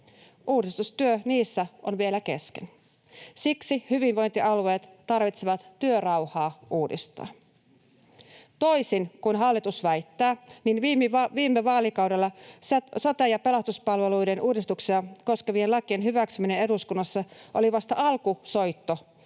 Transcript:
Uudistustyö niissä on vielä kesken. Siksi hyvinvointialueet tarvitsevat työrauhaa uudistaa. Toisin kuin hallitus väittää, viime vaalikaudella sote- ja pelastuspalveluiden uudistuksia koskevien lakien hyväksyminen eduskunnassa oli vasta alkusoitto